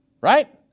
Right